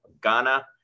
Ghana